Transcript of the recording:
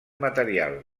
material